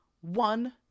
one